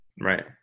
right